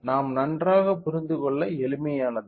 நாம் நன்றாக புரிந்து கொள்ள எளிதானது